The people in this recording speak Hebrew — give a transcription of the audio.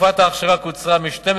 תקופת האכשרה קוצרה מ-12